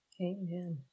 Amen